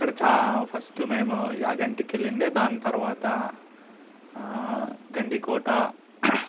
అక్కడ చా ఫస్ట్ మేము యాగంటికి వెళ్ళిండే దాని తర్వాత గండికోట